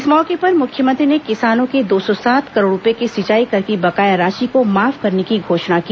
इस मौके पर मुख्यमंत्री ने किसानों के दो सौ सात करोड़ रूपए के सिंचाई कर की बकाया राशि को माफ करने की घोषणा की